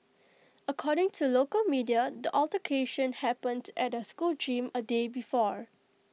according to local media the altercation happened at the school gym A day before